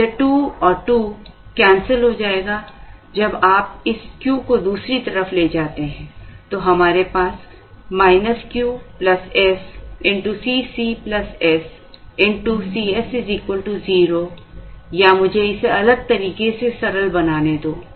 तो यह 2 और यह 2 cancel हो जाएगा जब आप इस Q को दूसरी तरफ ले जाते हैं तो हमारे पास Q s Cc s Cs 0 या मुझे इसे अलग तरीके से सरल बनाने दें